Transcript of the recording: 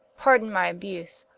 pardon my abuse,